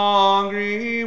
hungry